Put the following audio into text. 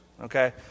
Okay